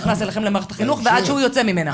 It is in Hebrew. נכנס אליכם למערכת החינוך ועד שהוא יוצא ממנה?